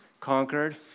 conquered